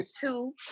two